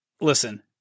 Listen